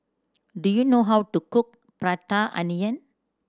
do you know how to cook Prata Onion